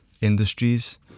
industries